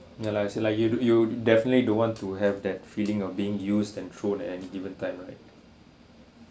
ya lah is like you you definitely don't want to have that feeling of being used and thrown and given type right